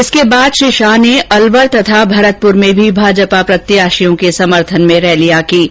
इसके बाद श्री शाह ने अलवर तथा भरतपुर में भी भाजपा प्रत्याषियों के समर्थन में रैलियां कीं